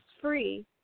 free